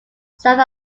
south